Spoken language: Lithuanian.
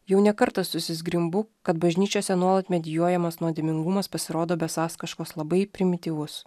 jau ne kartą susizgrimbu kad bažnyčiose nuolat medijuojamas nuodėmingumas pasirodo besąs kažkoks labai primityvus